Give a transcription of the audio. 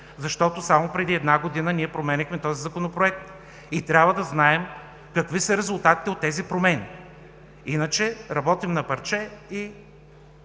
защото само преди една година променяхме Законопроекта и трябва да знаем какви са резултатите от тези промени. Иначе работим на парче и